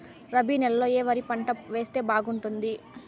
రబి నెలలో ఏ వరి పంట వేస్తే బాగుంటుంది